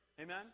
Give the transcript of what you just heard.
Amen